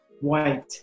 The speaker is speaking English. white